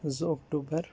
زٕ اَکٹوٗبَر